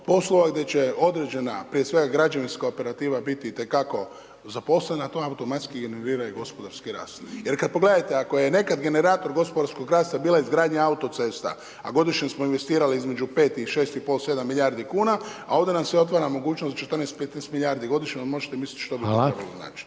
poslova gdje će određena, prije svega građevinska operativa biti itekako zaposlena, to automatski …/Govornik se ne razumije./… gospodarski rast. Jer kada pogledate, ako je nekada generator gospodarskog rasta bila izgradnja autocesta, a godišnje smo investirali između 5 i 6,5 milijardi kn, a ovdje nam se otvara mogućnost 14-15 milijardi godišnje, onda možete misliti što bi to trebalo značiti.